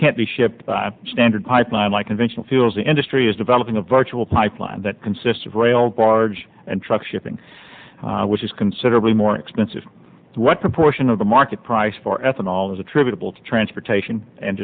can't be shipped the standard pipeline like conventional feels the industry is developing a virtual pipeline that consists of rail barge and truck shipping which is considerably more expensive what proportion of the market price for ethanol is attributable to transportation and